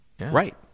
Right